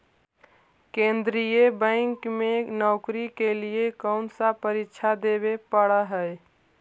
केन्द्रीय बैंक में नौकरी के लिए कौन सी परीक्षा देवे पड़ा हई